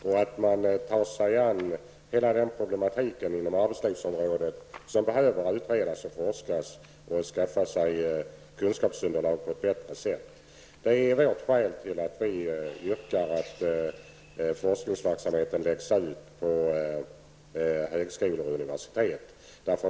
Man skall ta sig an alla de problem inom arbetslivsområdet som behöver utredas och forskas om. Det är vårt skäl till att vi yrkar att forskningsverksamheten läggs ut på högskolor och universitet.